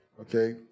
okay